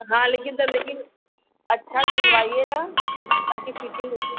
हाँ लेकिन सब लेकिन अच्छा सिलवाइएगा ताकि फिटिंग उटिंग